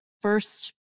first